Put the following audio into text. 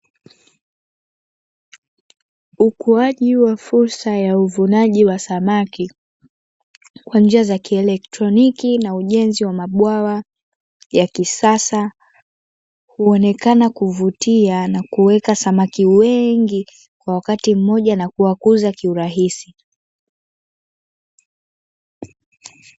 Ukuaji wa fursa ya uvunaji wa samaki kwa njia za kielekroniki na ujenzi wa mabwawa ya kisasa, huonekana kuvutia na kuweka samaki wengi kwa wakati mmoja na kuwakuza kiurahisi.